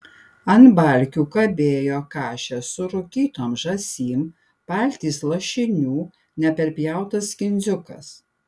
ant balkių kabėjo kašės su rūkytom žąsim paltys lašinių neprapjautas kindziukas